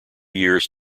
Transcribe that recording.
years